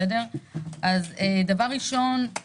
ראשית,